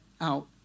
out